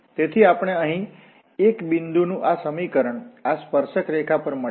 તેથી આપણને અહીં એક બિંદુનું આ સમીકરણ આ સ્પર્શક રેખા પર મળે છે